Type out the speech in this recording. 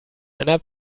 einer